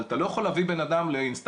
אבל אתה לא יכול להביא בן אדם לאינסטנציה